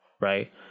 right